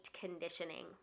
conditioning